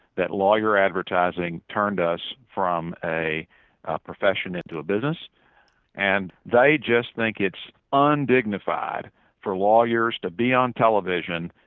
that lawyer advertising turned us from a ah profession into a business and they just think like it's ah undignified for lawyers to be on television,